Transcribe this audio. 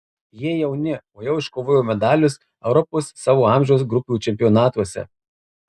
jie jauni o jau iškovojo medalius europos savo amžiaus grupių čempionatuose